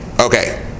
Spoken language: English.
Okay